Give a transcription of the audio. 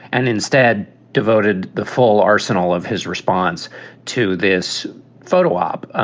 and instead devoted the full arsenal of his response to this photo op,